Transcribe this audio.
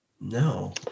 No